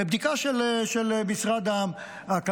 דומני בבדיקה של משרד הכלכלה,